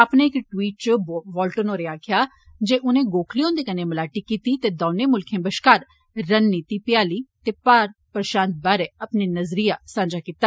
आने इक ट्वीट च बोलटेन होरें गलाया जे उनें गोखले हुन्दे कन्नै मलाटी कीती ते दौने मुल्खें बष्कार रणनीति भ्याली ते भारत प्रषांत बारै अपने नजरिया सांझा कीता